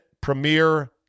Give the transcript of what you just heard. Premier